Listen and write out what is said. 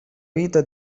vita